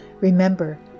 Remember